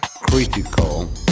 Critical